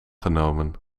genomen